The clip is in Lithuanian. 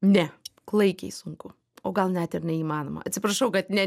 ne klaikiai sunku o gal net ir neįmanoma atsiprašau kad ne